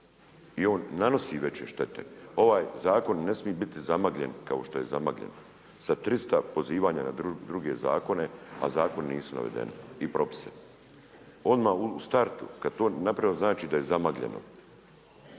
I on nanosi veće štete, ovaj zakon ne smije biti zamagljen kao što je zamagljen. Sa 300 pozivanja na druge zakone, a zakoni nisu navedeni i propise. Odmah u startu, kad to naprave znači da je zamagljeno.